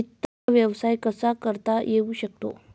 वित्त व्यवसाय कसा करता येऊ शकतो?